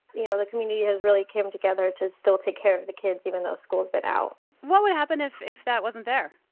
you know, the community has really came together to still take care of the kids, even though school's been but out what would happen if if that wasn't there?